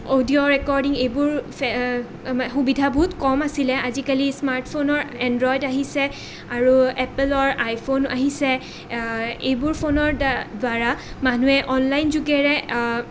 audio recording এইবোৰ সুবিধা বহুত কম আছিলে আজিকালি স্মাৰ্ট ফোনৰ এনড্ৰইদ আহিছে আৰু এপ'লৰ আইফোন আহিছে এইবোৰ ফোনৰ দ্বাৰা দ্বাৰা মানুহে অনলাইনৰ যোগেৰে